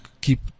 keep